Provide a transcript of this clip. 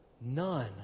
None